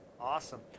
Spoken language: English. Awesome